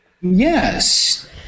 Yes